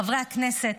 חברי הכנסת,